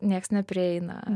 nieks neprieina